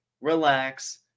relax